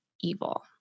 evil